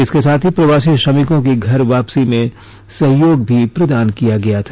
इसके साथ ही प्रवासी श्रमिकों की घर वापसी में सहयोग प्रदान किया गया था